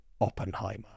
oppenheimer